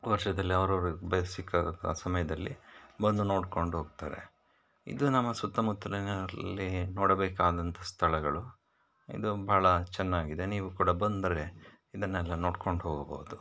ವರ್ಷದಲ್ಲಿ ಅವ್ರವ್ರು ಬಯಸಿಕ್ಕಾಗ ಸಮಯದಲ್ಲಿ ಬಂದು ನೋಡ್ಕೊಂಡು ಹೋಗ್ತಾರೆ ಇದು ನಮ್ಮ ಸುತ್ತಮುತ್ತಲಿನಲ್ಲಿ ನೋಡಬೇಕಾದಂಥ ಸ್ಥಳಗಳು ಇದು ಭಾಳ ಚೆನ್ನಾಗಿದೆ ನೀವು ಕೂಡ ಬಂದರೆ ಇದನ್ನೆಲ್ಲ ನೋಡ್ಕೊಂಡು ಹೋಗಬಹುದು